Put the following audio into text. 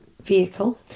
vehicle